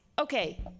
Okay